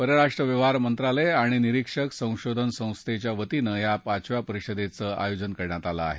परराष्ट्र व्यवहार मंत्रालय आणि निरिक्षक संशोधन संस्थेच्या वतीनं या पाचव्या परिषदेचं आयोजन करण्यात आलं आहे